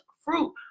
fruit